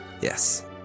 Yes